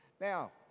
Now